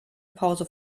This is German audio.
pause